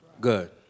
Good